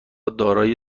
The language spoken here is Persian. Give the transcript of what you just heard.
دارای